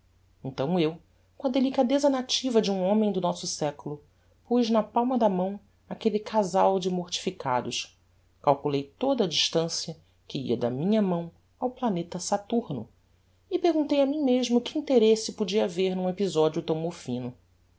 então eu com a delicadeza nativa de um homem do nosso século puz na palma da mão aquelle casal de mortificados calculei toda a distancia que ia da minha mão ao planeta saturno e perguntei a mim mesmo que interesse podia haver n'um episodio tão mofino